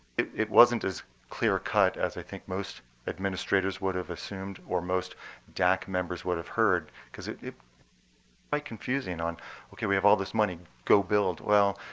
it wasn't as clear cut as i think most administrators would have assumed, or most dac members would have heard because it's quite like confusing on ok, we have all this money, go build. well,